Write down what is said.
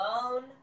alone